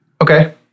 Okay